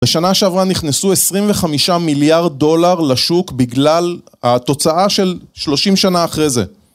בשנה שעברה נכנסו 25 מיליארד דולר לשוק בגלל התוצאה של 30 שנה אחרי זה